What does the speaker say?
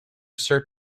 sir